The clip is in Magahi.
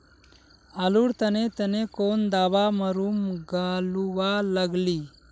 आलूर तने तने कौन दावा मारूम गालुवा लगली?